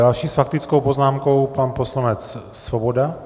Další s faktickou poznámkou, pan poslanec Svoboda.